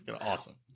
awesome